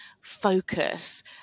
focus